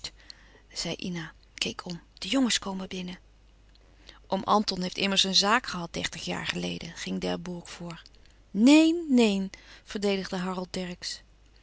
ina keek om de jongens komen binnen oom anton heeft immers een zaak gehad dertig jaar geleden ging d'herbourg voort neen neen verdedigde harold dercksz